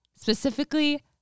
specifically